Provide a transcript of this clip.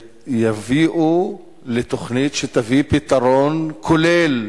יביאו לתוכנית שתביא פתרון כולל